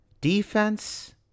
defense